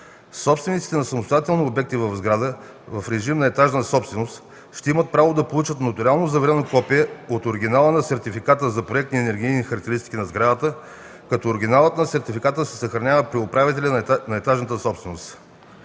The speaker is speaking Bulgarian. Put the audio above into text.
Собствениците на самостоятелни обекти в сграда в режим на етажна собственост ще имат право да получат нотариално заверено копие от оригинала на сертификата за проектни енергийни характеристики на сградата, като оригиналът на сертификата се съхранява при управителя на етажната собственост.